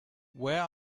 where